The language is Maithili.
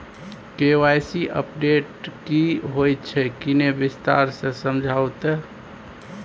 के.वाई.सी अपडेट की होय छै किन्ने विस्तार से समझाऊ ते?